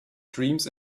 dreams